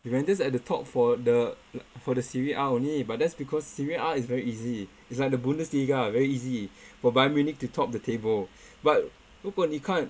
Juventus at the top for the for the serie a only but that's because serie a is very easy it's like the bundesliga very easy for Bayern Munich to top the table but 如果你看